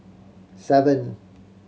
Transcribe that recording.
seven